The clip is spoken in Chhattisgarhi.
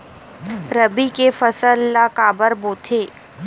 रबी के फसल ला काबर बोथे?